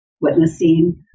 witnessing